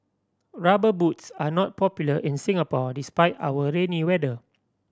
Rubber Boots are not popular in Singapore despite our rainy weather